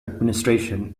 administration